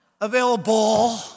Available